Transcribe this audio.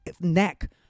neck